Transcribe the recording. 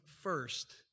first